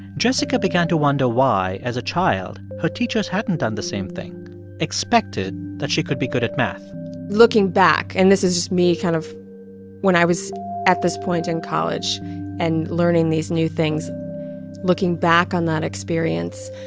jessica began to wonder why, as a child, her teachers hadn't done the same thing expected that she could be good at math looking back and this is just me kind of when i was at this point in college and learning these new things looking back on that experience